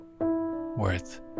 worth